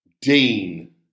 Dean